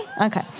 Okay